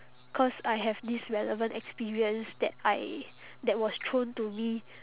cause I have this relevant experience that I that was thrown to me